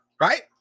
right